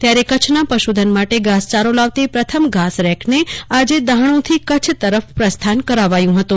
ત્યારે કચ્છના પશુધન માટે ઘાસચારો લાવતી પ્રથમ ઘાસ રેકને આજે દહાણુથી કચ્છ તરફ પ્રસ્થાન કરાવાયું હતું